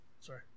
Sorry